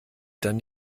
dann